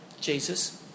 Jesus